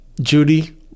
Judy